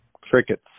Crickets